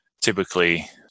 Typically